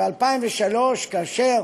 ב-2003, כאשר